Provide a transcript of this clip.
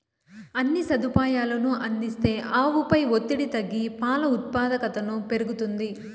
అన్ని సదుపాయాలనూ అందిస్తే ఆవుపై ఒత్తిడి తగ్గి పాల ఉత్పాదకతను పెరుగుతుంది